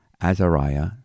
Azariah